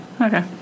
Okay